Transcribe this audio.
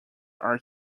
are